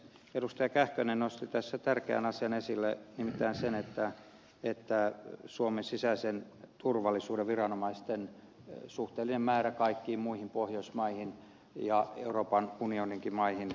kähkönen nosti tässä tärkeän asian esille nimittäin suomen sisäisen turvallisuuden viranomaisten suhteellisen määrän verrattuna kaikkiin muihin pohjoismaihin ja euroopan unioninkin maihin